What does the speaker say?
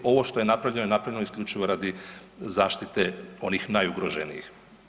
Ovo što je napravljeno, napravljeno je isključivo radi zaštite onih najugroženijih.